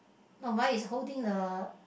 no mine is holding a